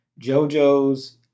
JoJo's